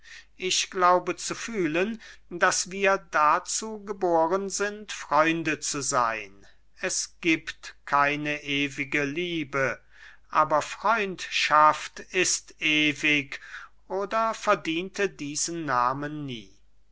ich glaube zu fühlen daß wir dazu geboren sind freunde zu seyn es giebt keine ewige liebe aber freundschaft ist ewig oder verdiente diesen nahmen nie